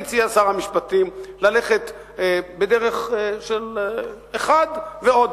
לכן הציע שר המשפטים ללכת בדרך של אחד ועוד